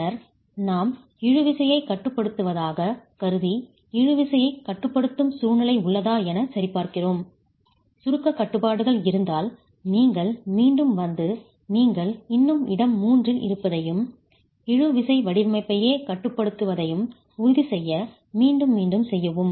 பின்னர் நாம் இழு விசையை கட்டுப்படுத்துவதாகக் கருதி இழு விசையை கட்டுப்படுத்தும் சூழ்நிலை உள்ளதா எனச் சரிபார்க்கிறோம் சுருக்கக் கட்டுப்பாடுகள் இருந்தால் நீங்கள் மீண்டும் வந்து நீங்கள் இன்னும் இடம் 3 இல் இருப்பதையும் இழு விசைவடிவமைப்பையே கட்டுப்படுத்துவதையும் உறுதிசெய்ய மீண்டும் மீண்டும் செய்யவும்